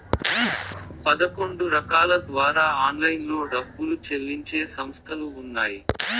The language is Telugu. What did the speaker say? పదకొండు రకాల ద్వారా ఆన్లైన్లో డబ్బులు చెల్లించే సంస్థలు ఉన్నాయి